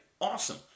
awesome